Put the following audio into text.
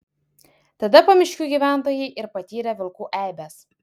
tada pamiškių gyventojai ir patyrė vilkų eibes